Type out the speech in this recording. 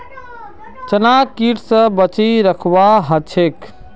चनाक कीट स बचई रखवा ह छेक